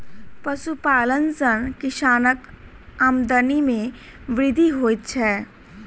पशुपालन सॅ किसानक आमदनी मे वृद्धि होइत छै